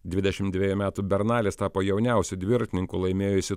dvidešim dviejų metų bernalis tapo jauniausiu dviratininku laimėjusiu